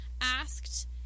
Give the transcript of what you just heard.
asked